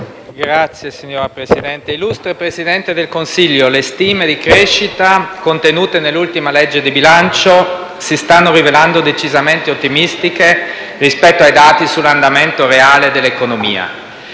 UV))*. Signor Presidente, signor Presidente del Consiglio, le stime di crescita contenute nell'ultima legge di bilancio si stanno rivelando decisamente ottimistiche rispetto ai dati sull'andamento reale dell'economia.